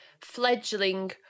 fledgling